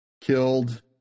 killed